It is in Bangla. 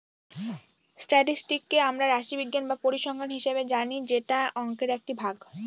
স্ট্যাটিসটিককে আমরা রাশিবিজ্ঞান বা পরিসংখ্যান হিসাবে জানি যেটা অংকের একটি ভাগ